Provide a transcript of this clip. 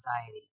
anxiety